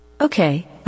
Okay